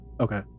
Okay